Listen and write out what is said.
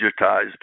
digitized